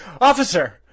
officer